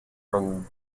from